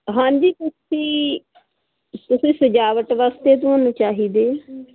ਹਾਂਜੀ ਤੁਸੀਂ ਤੁਸੀਂ ਸਜਾਵਟ ਵਾਸਤੇ ਤੁਹਾਨੂੰ ਚਾਹੀਦੇ